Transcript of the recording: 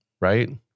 right